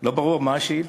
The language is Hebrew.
לא ברור מה השאילתה,